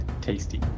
Tasty